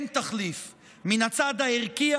אין תחליף מן הצד הערכי,